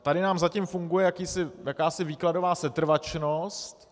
Tady nám zatím funguje jakási výkladová setrvačnost.